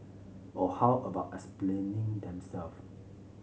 or how about explaining themself